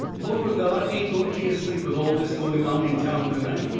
beauregard ain't going to be asleep with all this going on in town to-night.